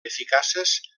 eficaces